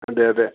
അതെയതെ